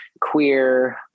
queer